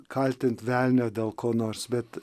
kaltint velnią dėl ko nors bet